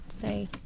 say